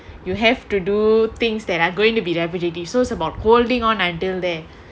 you have to do things that are going to be repetitive so it's about holding on until there